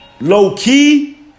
low-key